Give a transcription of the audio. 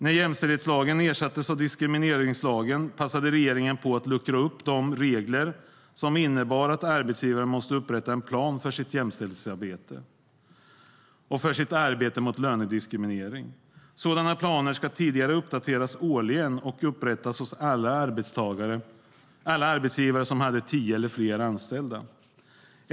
När jämställdhetslagen ersattes med diskrimineringslagen passade regeringen på att luckra upp de regler som innebar att arbetsgivaren måste upprätta en plan för sitt jämställdhetsarbete och för sitt arbete mot lönediskriminering. Sådana planer skulle tidigare uppdateras årligen och upprättas hos alla arbetsgivare som har tio eller fler anställda.